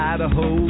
Idaho